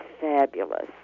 fabulous